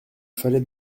fallait